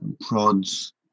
Prods